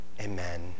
amen